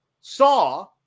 saw